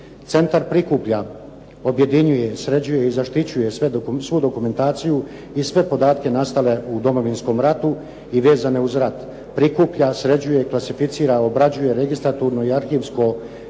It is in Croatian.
Centar prikuplja, objedinjuje, sređuje i zaštićuje svu dokumentaciju i sve podatke nastale u Domovinskom ratu i vezane uz rat. Prikuplja, sređuje i klasificira, obrađuje registraturno i arhivsko gradivo